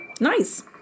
Nice